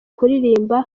kuririmba